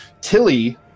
Tilly